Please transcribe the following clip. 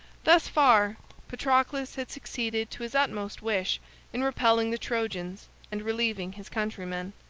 thus far patroclus had succeeded to his utmost wish in repelling the trojans and relieving his countrymen,